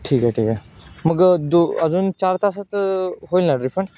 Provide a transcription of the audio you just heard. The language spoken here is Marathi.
ठीक आहे ठीक आहे मग दो अजून चार तासात होईल ना रिफंड